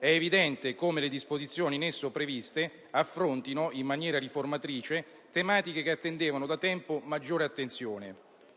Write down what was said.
È evidente come le disposizioni in esso previste affrontino in maniera riformatrice tematiche che attendevano da tempo maggiore attenzione.